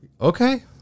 okay